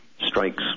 strikes